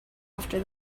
after